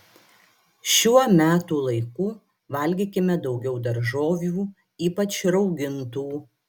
šiuo metų laiku valgykime daugiau daržovių ypač raugintų